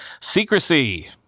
Secrecy